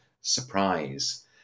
surprise